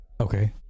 Okay